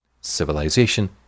Civilization